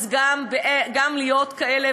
גם להיות כאלה,